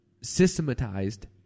systematized